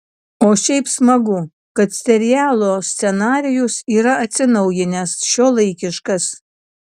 o šiaip smagu kad serialo scenarijus yra atsinaujinęs šiuolaikiškas